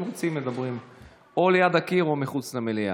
אם רוצים מדברים או ליד הקיר או מחוץ למליאה.